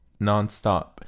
nonstop